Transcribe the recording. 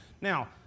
Now